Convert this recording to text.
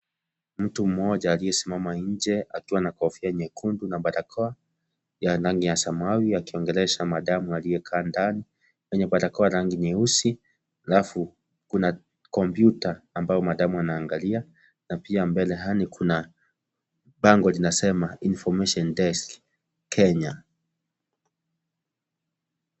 Mtu mmoja aliyesimama nje akiwa na kofia nyekundu na barakoa, ya rangi ya samawi akimuongelesha madamu aliyekaa ndani mwenye barakoa ya rangi nyeusi alafu kuna kompyuta ambayo madamu anaangalia na pia mbele yao kuna bango linasema information desk Kenya .